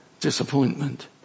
disappointment